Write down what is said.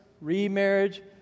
Remarriage